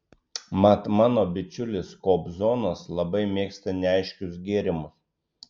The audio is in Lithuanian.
mat mano bičiulis kobzonas labai mėgsta neaiškius gėrimus